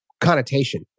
connotation